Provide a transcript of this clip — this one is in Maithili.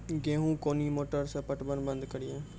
गेहूँ कोनी मोटर से पटवन बंद करिए?